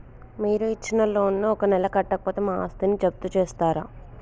మీరు ఇచ్చిన లోన్ ను ఒక నెల కట్టకపోతే మా ఆస్తిని జప్తు చేస్తరా?